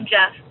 Jeff